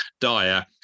dire